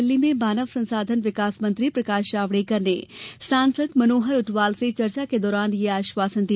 दिल्ली में मानव संसाधन विकास मंत्री प्रकाश जावड़ेकर ने सांसद मर्नोहर उंटवाल से चर्चा के दौरान ये आश्वासन दिया